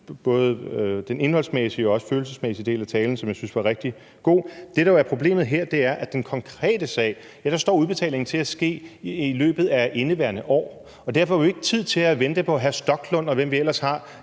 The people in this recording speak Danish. både den indholdsmæssige og følelsesmæssige del af talen, som jeg syntes var rigtig god – er, at i den konkrete sag står udbetalingen til at ske i løbet af indeværende år, og derfor har vi jo ikke tid til at vente på, at hr. Rasmus Stoklund, og hvem vi ellers har